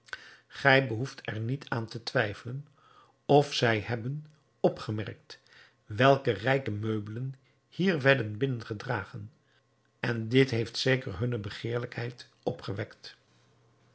gij behoeft er niet aan te twijfelen of zij hebben opgemerkt welke rijke meubelen hier werden binnen gedragen en dit heeft zeker hunne begeerlijkheid opgewekt